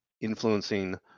influencing